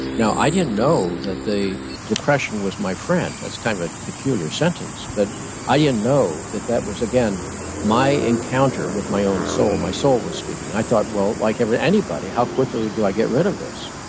now, i didn't know that the depression was my friend. that's kind of a peculiar sentence, but i didn't know that that was again my encounter with my own soul. my soul was speaking. i thought well, like every, anybody, how quickly do i get rid of this?